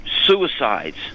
suicides